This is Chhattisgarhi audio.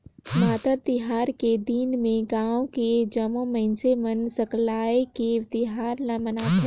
मातर तिहार के दिन में गाँव के जम्मो मइनसे मन सकलाये के तिहार ल मनाथे